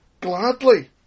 gladly